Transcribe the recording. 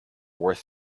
worth